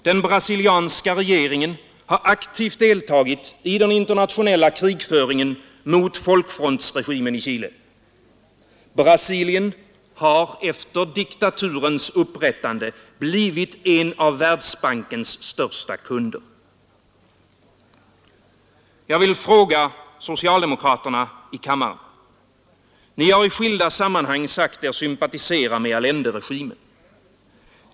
Den brasilianska regeringen har aktivt deltagit i den internationella krigföringen mot folkfrontsregimen i Chile. Brasilien har efter diktaturens upprättande blivit en av Världsbankens största kunder. Jag vill ställa en fråga till socialdemokraterna i kammaren. Ni har i skilda sammanhang sagt er sympatisera med Allenderegimen.